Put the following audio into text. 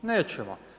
Nećemo.